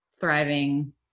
thriving